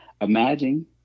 Imagine